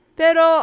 pero